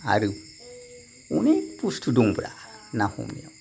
आरो अनेक बुस्थु दंब्रा ना हमनायाव